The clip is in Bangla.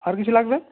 আর কিছু লাগবে